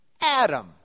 Adam